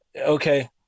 Okay